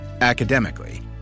Academically